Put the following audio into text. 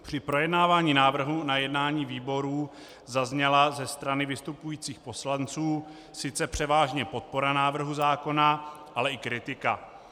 Při projednávání návrhu na jednání výborů zazněla ze strany vystupujících poslanců sice převážně podpora návrhu zákona, ale i kritika.